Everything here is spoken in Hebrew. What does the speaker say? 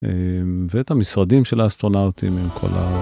אממ ואת המשרדים של האסטרונאוטים עם כל ה...